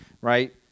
right